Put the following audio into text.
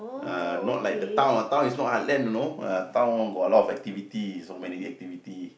uh not like the town ah town is not heartland you know ah town got a lot of activities so many activity